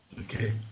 Okay